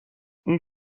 این